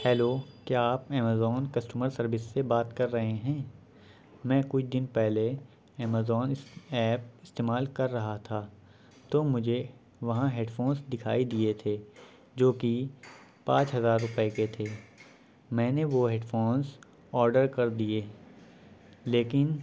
hello کیا آپ Amazon customer service سے بات کر رہے ہیں میں کچھ دن پہلے ایمیزون ایپ استعمال کر رہا تھا تو مجھے وہاں ہیڈ فونس دکھائی دیئے تھے جو کہ پانچ ہزار روپئے کے تھے میں نے وہ ہیڈ فونس آڈر کر دیئے لیکن